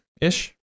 Ish